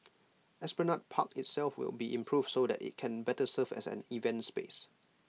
esplanade park itself will be improved so that IT can better serve as an event space